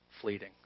fleeting